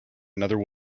another